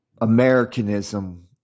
Americanism